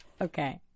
Okay